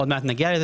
עוד מעט נגיע לזה,